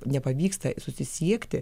nepavyksta susisiekti